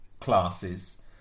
classes